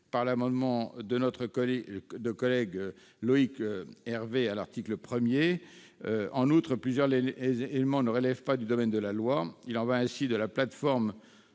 par l'amendement de notre collègue Loïc Hervé à l'article 1. En outre, plusieurs éléments ne relèvent pas du domaine de la loi : il en va ainsi de la plateforme